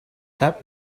that